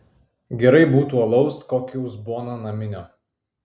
gerai būtų alaus kokį uzboną naminio